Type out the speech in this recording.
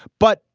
but,